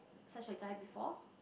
such a guy before